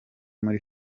muri